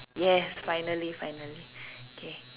yes finally finally okay